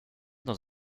dans